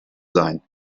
sein